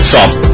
Soft